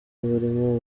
abarimu